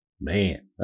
Man